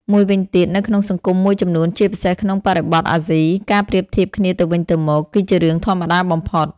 មួយវិញទៀត នៅក្នុងសង្គមមួយចំនួន ជាពិសេសក្នុងបរិបទអាស៊ី ការប្រៀបធៀបគ្នាទៅវិញទៅមក គឺជារឿងធម្មតាបំផុត។